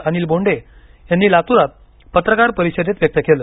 अनिल बोंडे यांनी लातूरात पत्रकार परिषदेत व्यक्त केलं